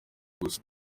gusa